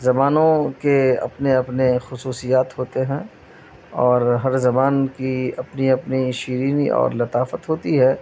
زبانوں کے اپنے اپنے خصوصیات ہوتے ہیں اور ہر زبان کی اپنی اپنی شیرینی اور لطافت ہوتی ہے